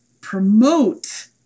promote